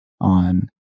on